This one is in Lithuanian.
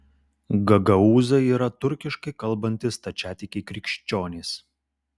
gagaūzai yra turkiškai kalbantys stačiatikiai krikščionys